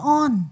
on